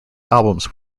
albums